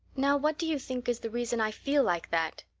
now, what do you think is the reason i feel like that?